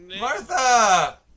Martha